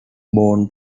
born